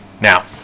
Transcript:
now